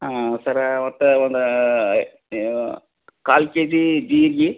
ಹಾಂ ಸರ್ರಾ ಮತ್ತು ಒಂದು ಕಾಲು ಕೆಜೀ ಜೀರ್ಗೆ